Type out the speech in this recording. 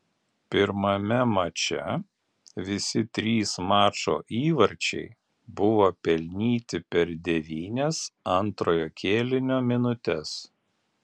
pirmame mače visi trys mačo įvarčiai buvo pelnyti per devynias antrojo kėlinio minutes